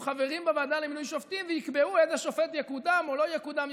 חברים בוועדה למינוי שופטים ויקבעו איזה שופט יקודם או לא יקודם,